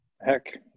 heck